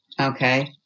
okay